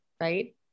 right